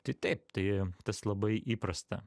tai taip tai tas labai įprasta